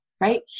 right